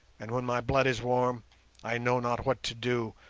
and when my blood is warm i know not what to do,